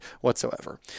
whatsoever